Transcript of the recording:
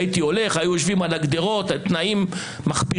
הייתי הולך, היו יושבים על הגדרות בתנאים מכפירים.